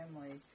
family